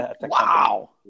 Wow